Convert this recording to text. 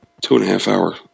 two-and-a-half-hour